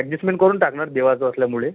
adjustment करून टाकणार देवाचं असल्यामुळे